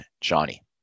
johnny